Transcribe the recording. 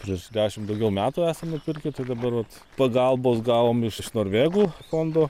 prieš dešim daugiau metų esam nupirkį tai dabar vat pagalbos gavom iš norvegų fondo